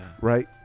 Right